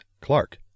Clark